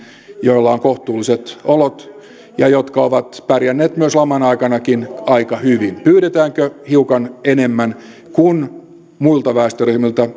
joilla on kohtuulliset olot ja jotka ovat pärjänneet myös laman aikanakin aika hyvin pyydetäänkö hiukan enemmän kuin muilta väestöryhmiltä